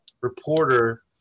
reporter